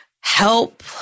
help